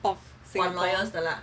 of Singapore